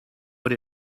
what